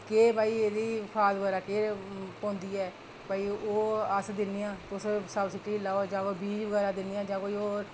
केह् भई एह्दे ई खाद बगैरा ऐ केह् पौंदी ऐ भाई ओह् अस दिन्ने आं तुस सब्सिडी लेओ जां बीऽ बगैरा दिन्ने आं जां